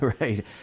right